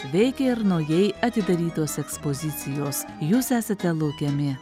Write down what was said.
veikia ir naujai atidarytos ekspozicijos jūs esate laukiami